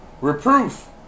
Reproof